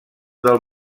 del